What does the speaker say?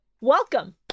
welcome